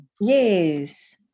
Yes